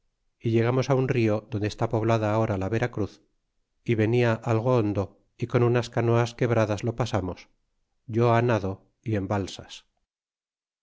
y llegamos un rio donde está poblada ahora la vera cruz y venia algo hondo y con unas canoas quebradas lo pasamos yo nado y en balsas